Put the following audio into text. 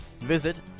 Visit